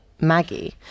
Maggie